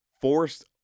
forced